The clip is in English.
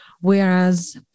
Whereas